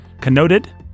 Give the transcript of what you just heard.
connoted